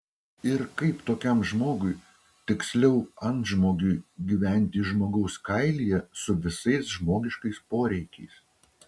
ir kaip tokiam žmogui tiksliau antžmogiui gyventi žmogaus kailyje su visais žmogiškais poreikiais